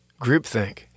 groupthink